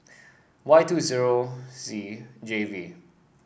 Y two zero Z J V